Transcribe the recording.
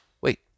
Wait